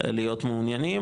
להיות מעוניינים,